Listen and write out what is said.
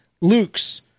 Luke's